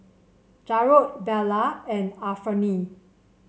Jarrod Beula and Anfernee